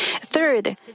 Third